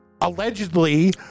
allegedly